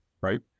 right